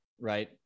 right